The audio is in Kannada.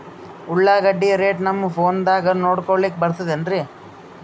ಉಳ್ಳಾಗಡ್ಡಿ ರೇಟ್ ನಮ್ ಫೋನದಾಗ ನೋಡಕೊಲಿಕ ಬರತದೆನ್ರಿ?